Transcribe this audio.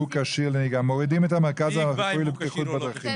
מורידים את המרכז הרפואי לבטיחות בדרכים.